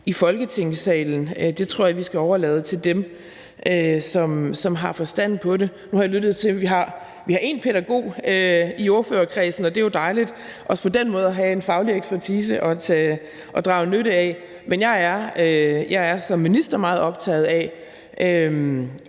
i Folketingssalen. Det tror jeg vi skal overlade til dem, som har forstand på det. Nu har jeg lyttet mig til, at vi har en pædagog i ordførerkredsen, og det er jo dejligt også på den måde at have en faglig ekspertise at drage nytte af, men jeg er som minister meget optaget af